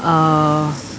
uh